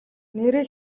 нээрээ